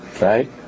right